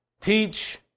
Teach